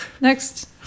Next